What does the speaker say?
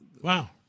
Wow